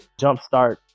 jumpstart